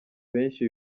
benshi